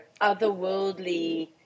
otherworldly